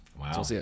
Wow